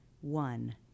one